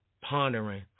pondering